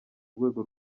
rwego